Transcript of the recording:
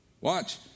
Watch